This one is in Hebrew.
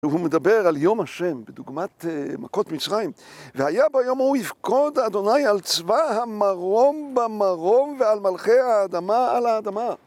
הוא מדבר על יום השם, בדוגמת מכות מצרים. והיה ביום ההוא יפקוד ה' על צבא המרום במרום ועל מלכי האדמה על האדמה.